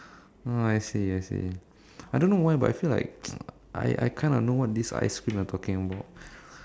ah I see I see but I don't know why but I feel like I I kinda know what this ice cream you are talking about